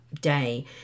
day